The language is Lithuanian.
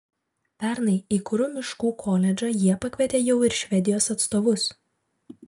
pernai į kuru miškų koledžą jie pakvietė jau ir švedijos atstovus